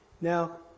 Now